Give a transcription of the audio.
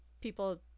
people